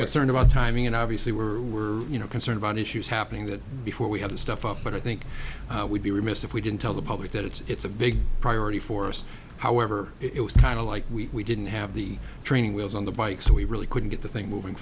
concerned about timing and obviously we're we're you know concerned about issues happening that before we have the stuff up but i think we'd be remiss if we didn't tell the public that it's a big priority for us however it was kind of like we didn't have the training wheels on the bike so we really couldn't get the thing moving